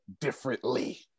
differently